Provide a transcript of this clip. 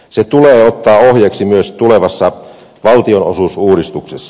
se tulee ottaa ohjeeksi myös tulevassa valtionosuusuudistuksessa